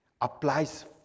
applies